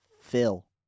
fill